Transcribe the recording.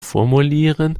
formulieren